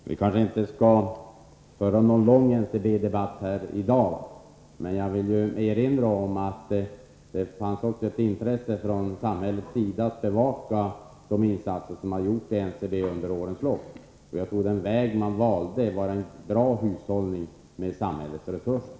Fru talman! Vi kanske inte skall föra någon lång NCB-debatt här i dag, men jag vill erinra om att det också fanns ett intresse från samhällets sida av att bevaka de insatser som gjorts i NCB under årens lopp. Jag tror att den väg man valde innebar en bra hushållning med samhällets resurser.